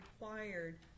required